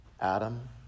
Adam